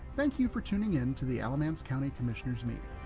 thank you for tuning in to the alamance county commissioners meeting.